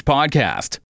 Podcast